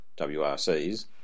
WRCs